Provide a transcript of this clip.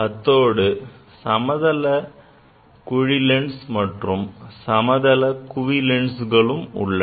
அத்தோடு சமதள குழி லென்ஸ் மற்றும் சமதள குவிலென்ஸ்களும் உள்ளன